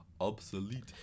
Obsolete